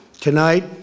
Tonight